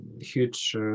huge